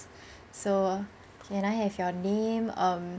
so can I have your name um